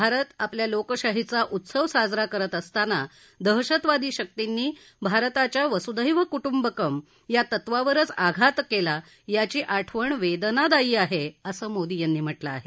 भारत आपल्या लोकशाहीचा उत्सव साजरा करत असताना दहशतवादी शक्तींनी भारताच्या वस्धैव क्ट्ंबकम या तत्वावरच आघात केला याची आठवण वेदनादायी आहे असं मोदी यांनी म्हटलं आहे